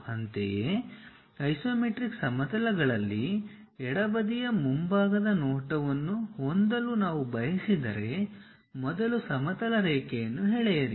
ಅಂತೆಯೇ ಐಸೊಮೆಟ್ರಿಕ್ ಸಮತಲಗಳಲ್ಲಿ ಎಡ ಬದಿಯ ಮುಂಭಾಗದ ನೋಟವನ್ನು ಹೊಂದಲು ನಾವು ಬಯಸಿದರೆ ಮೊದಲು ಸಮತಲ ರೇಖೆಯನ್ನು ಎಳೆಯಿರಿ